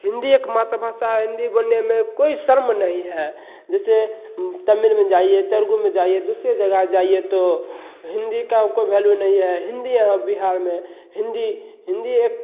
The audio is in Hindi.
हिंदी एक मातृभाषा है हिंदी बोलने में कोई शर्म नहीं है जैसे तमिल में जाइए तेलुगु में जाइए दूसरे जगह जाइए तो हिंदी का कोई भैल्यू नहीं है हिंदी यहाँ बिहार में हिंदी हिंदी एक